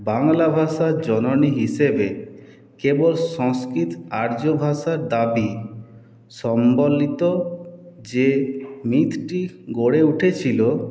বাংলা ভাষার জননী হিসেবে কেবল সংস্কৃত আর্যভাষার দাবি সম্বলিত যে মিথটি গড়ে উঠেছিল